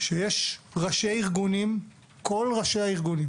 שיש ראשי ארגונים, כול ראשי הארגונים